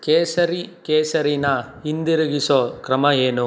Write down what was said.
ಕೇಸರಿ ಕೇಸರೀನ ಹಿಂದಿರುಗಿಸೋ ಕ್ರಮ ಏನು